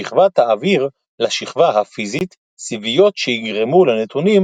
השכבה תעביר לשכבה הפיזית סיביות שיגרמו לנתונים